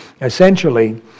essentially